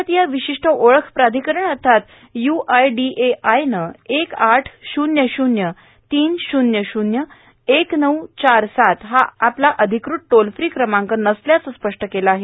भारतीय विशिष्ट ओळख प्राधिकरण अर्थात यु आय डी ए आयनं एक आठ शूल्य शूल्य तीन शून्य शून्य एक नऊ चार सात हा आपला अधिकृत टोल फ्री क्रमांक नसल्याचं स्पष्ट केलं आहे